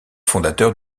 fondateur